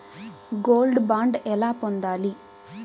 Gold bond ఎలా పొందాలి?